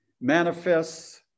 manifests